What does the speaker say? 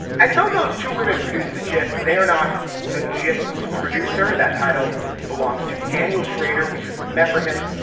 and so those two women produce the geste. they're not the justs producer. that title belongs to daniel shrader. we should remember him.